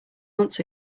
months